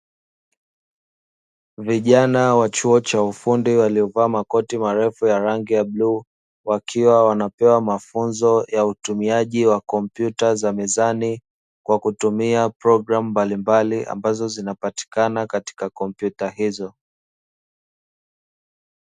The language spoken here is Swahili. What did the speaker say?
Vijana wa chuo cha ufundi waliovaa makoti marefu ya rangi ya bluu, wakiwa wanapewa mafunzo ya utumiaji wa kompyuta za mezani kwa kutumia programu mbalimbali ambazo zinapatikana katika kompyuta hizo.